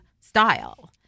style